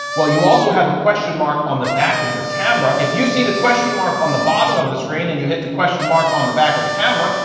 well, you also have a question mark on the back of your camera. if you see the question mark on the bottom of the screen and you hit the question mark on the back of the camera,